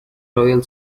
royal